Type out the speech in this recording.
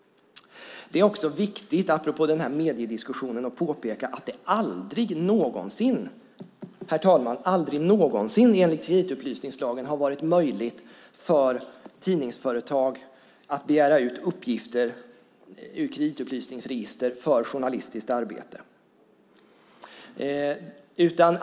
Apropå mediediskussionen är det också viktigt att påpeka att det, herr talman, aldrig någonsin enligt kreditupplysningslagen har varit möjligt för tidningsföretag att begära ut uppgifter ur kreditupplysningsregister för journalistiskt arbete.